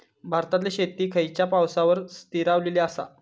भारतातले शेती खयच्या पावसावर स्थिरावलेली आसा?